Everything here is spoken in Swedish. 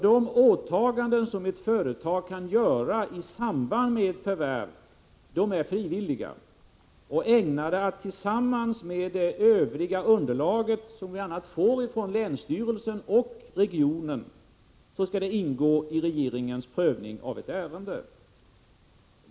De åtaganden ett företag kan göra i samband med ett förvärv är frivilliga, och de är ägnade att tillsammans med övrigt underlag, som vi får från bl.a. länsstyrelsen i regionen, ingå i regeringens prövning av ärendet.